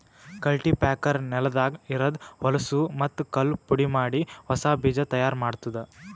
cultipacker ನೆಲದಾಗ ಇರದ್ ಹೊಲಸೂ ಮತ್ತ್ ಕಲ್ಲು ಪುಡಿಮಾಡಿ ಹೊಸಾ ಬೀಜ ತೈಯಾರ್ ಮಾಡ್ತುದ